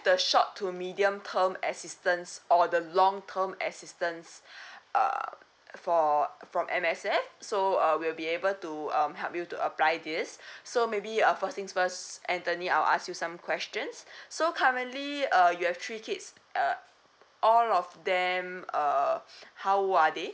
the short to medium term assistance or the long term assistance uh for from M_S_F so uh we will be able to um help you to apply this so maybe uh first things first anthony I'll ask you some questions so currently uh you have three kids uh all of them uh how old are they